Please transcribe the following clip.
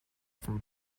from